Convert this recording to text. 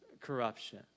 corruption